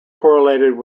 correlated